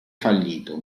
fallito